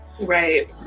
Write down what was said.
Right